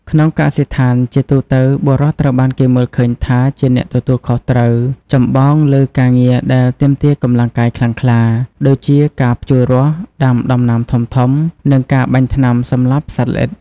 ក្នុងកសិដ្ឋាន ជាទូទៅ បុរសត្រូវបានគេមើលឃើញថាជាអ្នកទទួលខុសត្រូវចម្បងលើការងារដែលទាមទារកម្លាំងកាយខ្លាំងក្លា ដូចជាការភ្ជួររាស់ ដាំដំណាំធំៗ និងការបាញ់ថ្នាំសម្លាប់សត្វល្អិត។